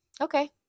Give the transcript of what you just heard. okay